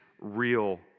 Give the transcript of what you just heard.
real